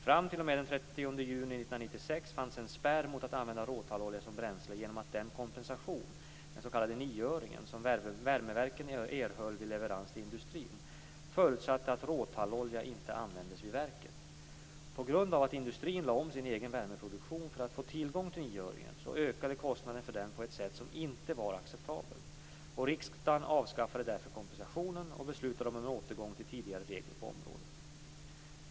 Fram t.o.m. den 30 juni 1996 fanns det en spärr mot att använda råtallolja som bränsle genom att den kompensation, den s.k. nioöringen, som värmeverken erhöll vid leverans till industrin förutsatte att råtallolja inte användes vid verket. På grund av att industrin lade om sin egen värmeproduktion för att få tillgång till nioöringen ökade kostnaderna för den på ett sätt som inte var acceptabelt. Riksdagen avskaffade därför kompensationen och beslutade om en återgång till tidigare regler på området.